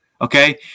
Okay